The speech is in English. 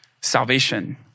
salvation